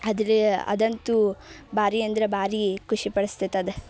ಆದರೆ ಅದಂತೂ ಭಾರಿ ಅಂದ್ರೆ ಭಾರಿ ಖುಷಿಪಡಿಸ್ತೈತೆ ಅದು